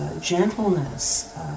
gentleness